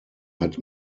hat